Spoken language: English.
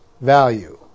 value